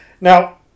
Now